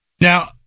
Now